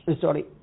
sorry